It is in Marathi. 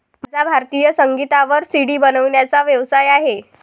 माझा भारतीय संगीतावर सी.डी बनवण्याचा व्यवसाय आहे